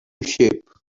shape